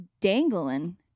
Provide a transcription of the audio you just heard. dangling